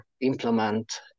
implement